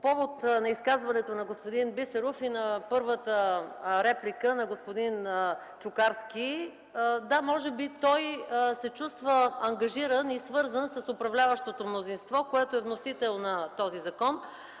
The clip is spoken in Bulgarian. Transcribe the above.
повод на изказването на господин Бисеров и първата реплика на господин Чукарски. Да, може би той се чувства ангажиран и свързан с управляващото мнозинство, което е вносител на този закон.